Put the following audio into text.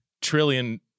trillion